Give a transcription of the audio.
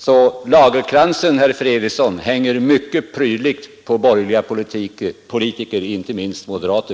Så lagerkransen, herr Fredriksson, hänger mycket prydligt på borgerliga politiker, inte minst moderater.